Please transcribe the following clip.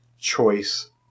choice